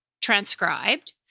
transcribed